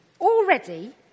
already